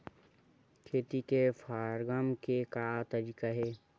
खेती से फारम के का तरीका हे?